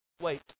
Wait